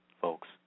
folks